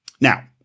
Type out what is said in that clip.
Now